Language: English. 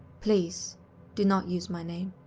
please do not use my name.